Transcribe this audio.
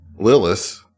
Lillis